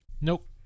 Nope